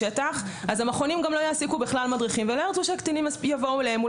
אז גם המכונים לא יעסיקו בכלל מדריכים ולא ירצו שהקטינים יבואו אליהם.